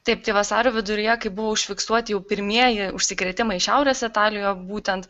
taip tai vasario viduryje kai buvo užfiksuoti jau pirmieji užsikrėtimai šiaurės italijoje būtent